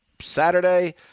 Saturday